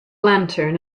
lantern